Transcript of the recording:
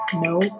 no